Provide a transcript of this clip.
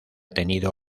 tenido